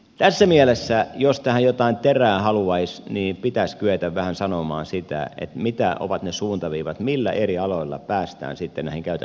tässä mielessä jos tähän jotain terää haluaisi pitäisi kyetä vähän sanomaan mitkä ovat ne suuntaviivat millä eri aloilla päästään sitten näihin käytännön toimiin